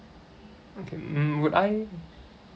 okay mm would I